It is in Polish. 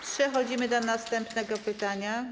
Przechodzimy do następnego pytania.